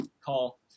call